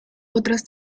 otras